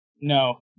no